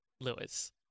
Lewis